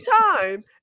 time